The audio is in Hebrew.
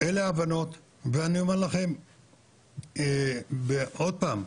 אלה ההבנות ואני אומר לכם, עוד פעם,